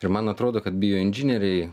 ir man atrodo kad bioinžinieriai